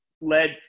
led